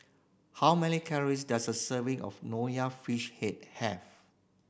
how many calories does a serving of Nonya Fish Head have